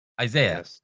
Isaiah